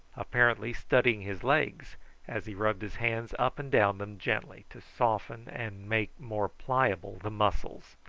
apparently studying his legs as he rubbed his hands up and down them gently, to soften and make more pliable the muscles.